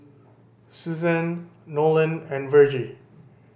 Susanne Nolan and Vergie